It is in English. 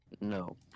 No